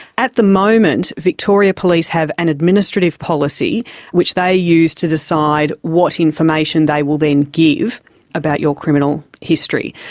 at the moment the victoria police have an administrative policy which they use to decide what information they will then give about your criminal history.